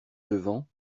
devant